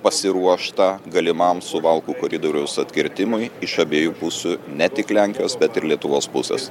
pasiruošta galimam suvalkų koridoriaus atkirtimui iš abiejų pusių ne tik lenkijos bet ir lietuvos pusės